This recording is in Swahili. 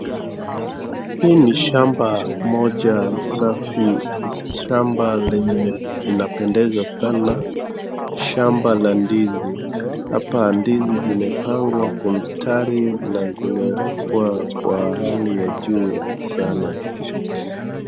Hii ni shamba moja safi, shamba lenye inapendeza sana, shamba la ndizi. Hapa ndizi zimepangwa kwa mstari na zimewekwa kwa hali ya juu sana.